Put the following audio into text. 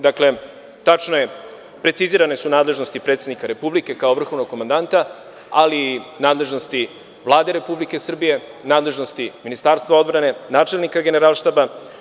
Dakle, tačno je, precizirane su nadležnosti predsednika Republike kao vrhovnog komandanta, ali i nadležnosti Vlade Republike Srbije, nadležnosti Ministarstva odbrane i načelnika Generalštaba.